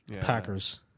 Packers